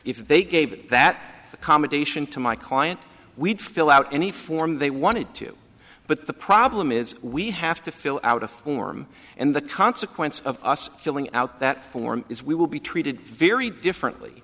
if they gave that accommodation to my client we'd fill out any form they wanted too but the problem is we have to fill out a form and the consequence of us filling out that form is we will be treated very differently